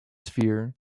sphere